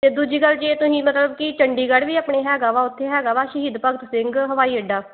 ਅਤੇ ਦੂਜੀ ਗੱਲ ਜੇ ਤੁਸੀਂ ਮਤਲਬ ਕਿ ਚੰਡੀਗੜ੍ਹ ਵੀ ਆਪਣੀ ਹੈਗਾ ਵਾ ਉੱਥੇ ਹੈਗਾ ਵਾ ਸ਼ਹੀਦ ਭਗਤ ਸਿੰਘ ਹਵਾਈ ਅੱਡਾ